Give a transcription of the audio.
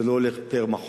זה לא הולך פר-מחוז,